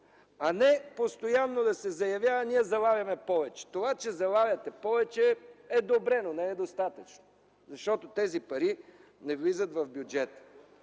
Не постоянно да се заявява: „Ние залагаме повече.” Това, че залагате повече, е добре, но не е достатъчно, защото тези пари не влизат в бюджета.